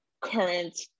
current